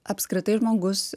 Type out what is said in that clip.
apskritai žmogus